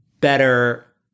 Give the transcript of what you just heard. better